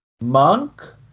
Monk